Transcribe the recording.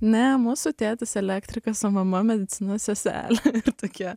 ne mūsų tėtis elektrikas o mama medicinos seselė tai tokie